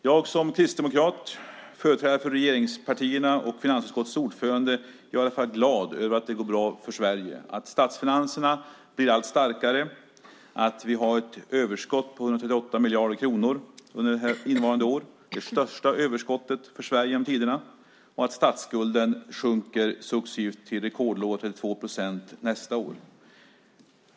Jag som kristdemokrat, som företrädare för regeringspartierna och som finansutskottets ordförande är i alla fall glad över att det går bra för Sverige, att statsfinanserna blir allt starkare, att vi har ett överskott på 138 miljarder kronor under innevarande år - det största överskottet för Sverige genom tiderna - och att statsskulden successivt minskar till rekordlåga 32 procent av bnp nästa år.